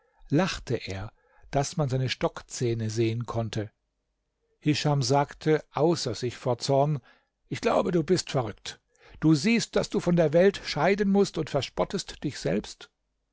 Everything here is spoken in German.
lachte er daß man seine stockzähne sehen konnte hischam sagte außer sich vor zorn ich glaube du bist verrückt du siehst daß du von der welt scheiden mußt und verspottest dich selbst